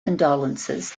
condolences